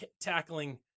tackling